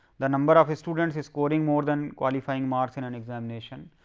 the number of a student is scoring more than qualifying marks in an examination.